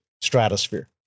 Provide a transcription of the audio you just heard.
Stratosphere